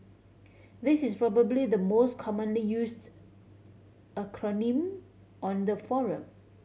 this is probably the most commonly used acronym on the forum